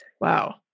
Wow